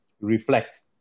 reflect